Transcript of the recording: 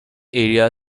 area